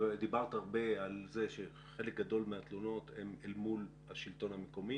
דיברת הרבה על זה שחלק גדול מהתלונות הן אל מול השלטון המקומי